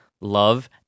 love